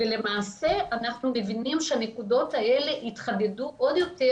למעשה אנחנו מבינים שהנקודות האלה יתחדדו עוד יותר.